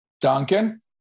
Duncan